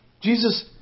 Jesus